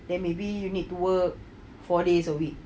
then maybe you need to work four days a week